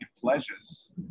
pleasures